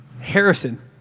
Harrison